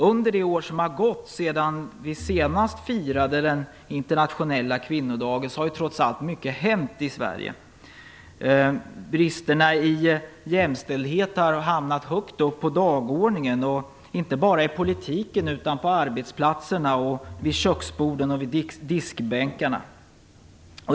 Under det år som har gått sedan vi senast firade den internationella kvinnodagen har ju trots allt mycket hänt i Sverige. Bristerna i jämställdhet har hamnat högt upp på dagordningen, inte bara i politiken utan också på arbetsplatserna, vid köksborden och vid diskbänkarna.